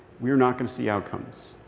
we're not going to see outcomes.